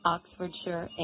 Oxfordshire